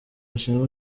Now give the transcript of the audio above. zishinzwe